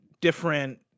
different